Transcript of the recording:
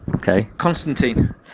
Constantine